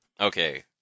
okay